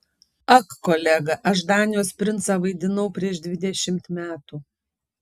ak kolega aš danijos princą vaidinau prieš dvidešimt metų